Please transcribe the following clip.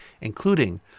including